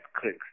click